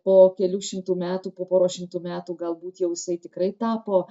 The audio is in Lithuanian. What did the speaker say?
po kelių šimtų metų po poros šimtų metų galbūt jau jisai tikrai tapo